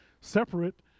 separate